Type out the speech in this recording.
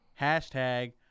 Hashtag